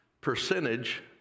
percentage